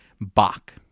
Bach